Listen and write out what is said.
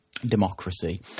democracy